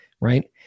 right